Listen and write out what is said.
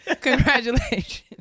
congratulations